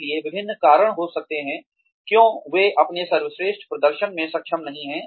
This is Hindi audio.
इसलिए विभिन्न कारण हो सकते हैं क्यों वे अपने सर्वश्रेष्ठ प्रदर्शन में सक्षम नहीं हैं